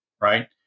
right